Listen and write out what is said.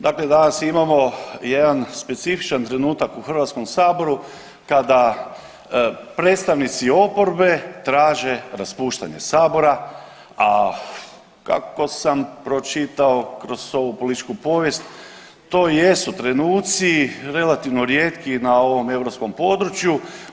Dakle, danas imamo jedan specifičan trenutak u HS-u kada predstavnici oporbe traže raspuštanje sabora, a kako sam pročitao kroz ovu političku povijest, to jesu trenuci relativno rijetki na ovom europskom području.